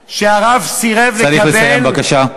בזה שהרב סירב לקבל, צריך לסיים, בבקשה.